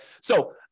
So-